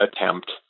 attempt